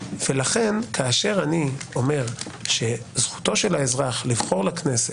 כאשר אני אומר שזכותו של האזרח לבחור לכנסת,